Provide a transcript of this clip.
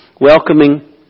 welcoming